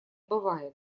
бывает